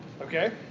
Okay